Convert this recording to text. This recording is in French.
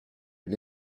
une